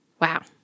Wow